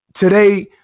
Today